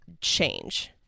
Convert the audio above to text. change